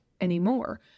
anymore